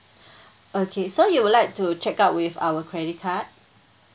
okay so you would like to check out with our credit card